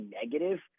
negative